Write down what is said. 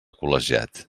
col·legiat